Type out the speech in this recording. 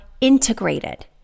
integrated